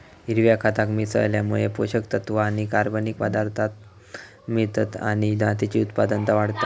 हिरव्या खताक मिसळल्यामुळे पोषक तत्त्व आणि कर्बनिक पदार्थांक मिळतत आणि मातीची उत्पादनता वाढता